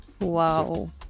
Wow